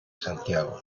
santiago